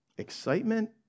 Excitement